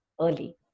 early